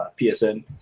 PSN